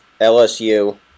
LSU